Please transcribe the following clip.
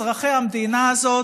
אזרחי המדינה הזאת.